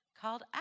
called